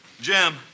Jim